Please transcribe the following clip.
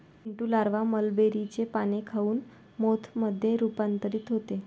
Pintu larva मलबेरीचे पाने खाऊन मोथ मध्ये रूपांतरित होते